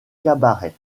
cabaret